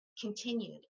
continued